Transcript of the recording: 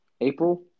April